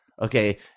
okay